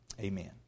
Amen